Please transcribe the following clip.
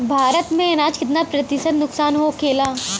भारत में अनाज कितना प्रतिशत नुकसान होखेला?